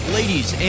ladies